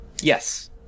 yes